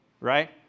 Right